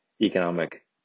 economic